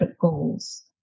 goals